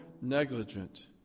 negligent